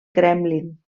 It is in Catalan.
kremlin